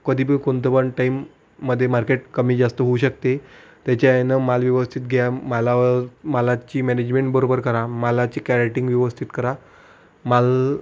कधी पण कोणतं पण टाईममध्ये मार्केट कमीजास्त होऊ शकते त्याच्या ह्यानं माल व्यवस्थित घ्या मालावर मालाची मॅनेजमेंट बरोबर करा मालाची कॅरिटिंग व्यस्थित करा माल